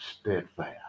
steadfast